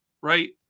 right